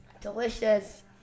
Delicious